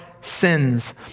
sins